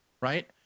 right